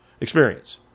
experience